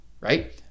right